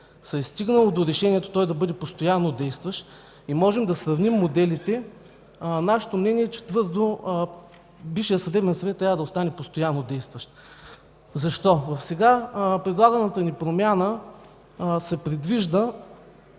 се е стигнало до решението да бъде постоянно действащ и можем да сравним моделите, нашето мнение твърдо е, че Висшият съдебен съвет трябва да остане постоянно действащ орган. Защо? В сега предлаганата ни промяна се предвижда